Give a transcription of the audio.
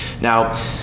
now